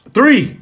Three